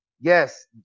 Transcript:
yes